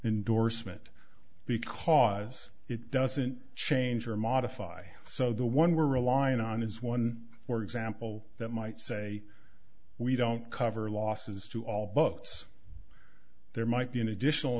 indorsement because it doesn't change or modify so the one we're relying on is one more example that might say we don't cover losses to all books there might be an additional